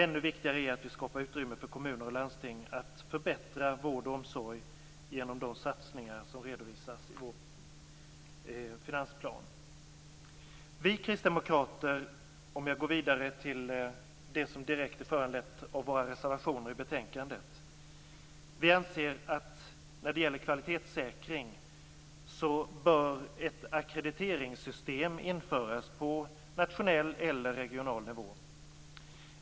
Ännu viktigare är att vi skapar utrymme för kommuner och landsting att förbättra vård och omsorg genom de satsningar som redovisas i vår finansplan. Jag går vidare till det som är direkt föranlett av våra reservationer till betänkandet. När det gäller kvalitetssäkring anser vi att ett ackrediteringssystem bör införas på nationell eller regional nivå.